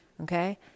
Okay